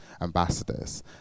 ambassadors